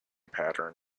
pattern